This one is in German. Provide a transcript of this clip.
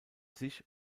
sich